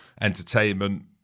entertainment